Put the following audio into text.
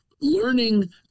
learning